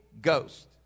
Ghost